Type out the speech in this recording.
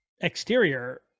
exterior